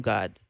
God